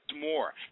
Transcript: More